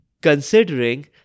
Considering